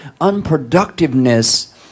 unproductiveness